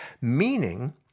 meaning